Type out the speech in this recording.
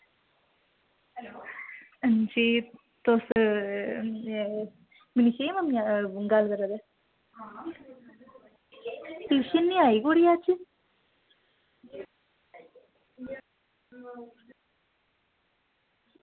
जी तुस मनीषा दी मम्मी गल्ल करा दे ट्यूशन निं आई कुड़ी अज्ज